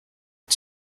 und